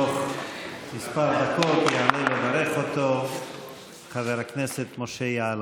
בעוד כמה דקות יעלה לברך אותו חבר הכנסת משה יעלון.